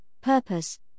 purpose